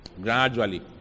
Gradually